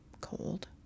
cold